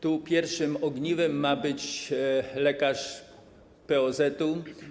Tu pierwszym ogniwem ma być lekarz POZ-u.